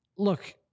Look